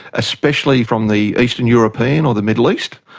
especially from the eastern european or the middle east.